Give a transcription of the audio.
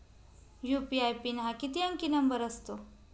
UPI pin हा किती अंकी नंबर असतो?